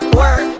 work